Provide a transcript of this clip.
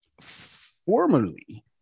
formerly